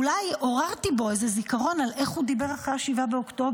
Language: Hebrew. אולי עוררתי בו איזה זיכרון על איך הוא דיבר אחרי 7 באוקטובר,